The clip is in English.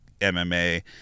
MMA